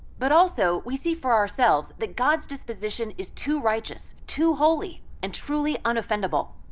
but also, we see for ourselves that god's disposition is too righteous, too holy and truly unoffendable.